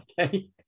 okay